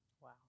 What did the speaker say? Wow